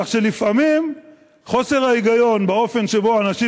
כך שלפעמים חוסר ההיגיון באופן שבו אנשים